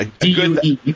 D-U-E